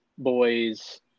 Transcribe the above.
boys